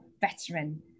veteran